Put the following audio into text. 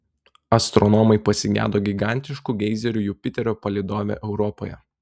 astronomai pasigedo gigantiškų geizerių jupiterio palydove europoje